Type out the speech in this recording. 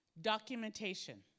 documentation